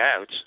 out